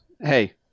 Hey